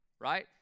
right